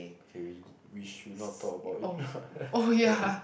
okay we we should not talk about it